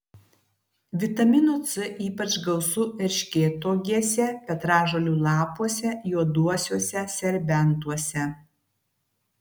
vitamino c ypač gausu erškėtuogėse petražolių lapuose juoduosiuose serbentuose